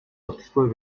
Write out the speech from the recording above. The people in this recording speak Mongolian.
удалгүй